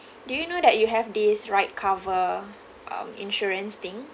do you know that you have this ride cover um insurance thing